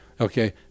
Okay